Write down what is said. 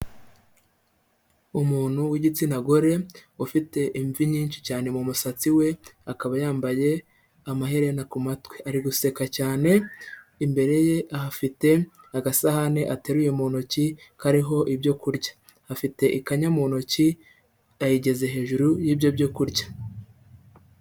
Umuntu w'igitsina gore ufite imvi nyinshi cyane mu musatsi we akaba yambaye amaherena ku matwi, ari guseka cyane imbere ye ahafite agasahane ateruye mu ntoki kariho ibyo kurya, afite ikanya mu ntoki ayigeze hejuru y'ibyo byo kurya.